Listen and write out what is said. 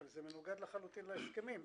אבל זה מנוגד לחלוטין להסכמים.